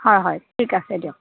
হয় হয় ঠিক আছে দিয়ক